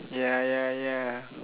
ya ya ya